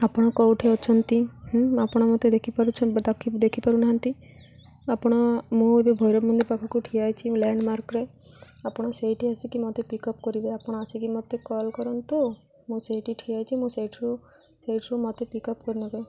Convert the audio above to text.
ଆପଣ କେଉଁଠି ଅଛନ୍ତି ଆପଣ ମୋତେ ଦେଖିପାରୁଛନ୍ତି ଦେଖିପାରୁନାହାନ୍ତି ଆପଣ ମୁଁ ଏବେ ଭୈରବ ପାଖକୁ ଠିଆ ହେଇଛି ଲ୍ୟାଣ୍ଡମାର୍କରେ ଆପଣ ସେଇଠି ଆସିକି ମୋତେ ପିକ୍ ଅପ୍ କରିବେ ଆପଣ ଆସିକି ମୋତେ କଲ୍ କରନ୍ତୁ ମୁଁ ସେଇଠି ଠିଆ ହେଇଛି ମୁଁ ସେଇଠାରୁ ସେଇଠାରୁ ମୋତେ ପିକ୍ ଅପ୍ କରିନେବେ